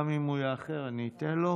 גם אם הוא יאחר אני אתן לו,